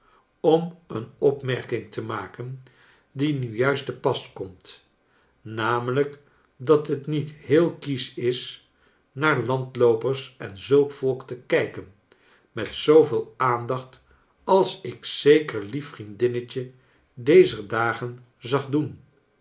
om een op merking te maken die nu juist te pas komt nl dat het niet heel kiesch is naar landloopers en zulk volk te kijken met zooveel aandacht als ik zeker lief vriendinnetje dezer dagen zag doen